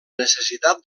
necessitat